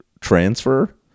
transfer